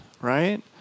right